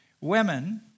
women